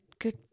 good